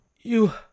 You